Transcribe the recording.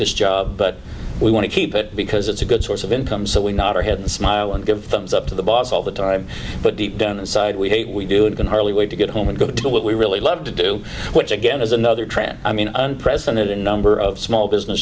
this job but we want to keep it because it's a good source of income so we nod our heads smile and give up to the boss all the time but deep down inside we hate we do and can hardly wait to get home and go do what we really love to do which again is another trend i mean and present it in a number of small business